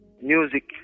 Music